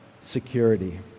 security